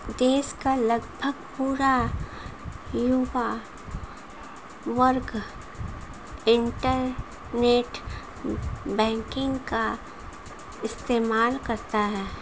देश का लगभग पूरा युवा वर्ग इन्टरनेट बैंकिंग का इस्तेमाल करता है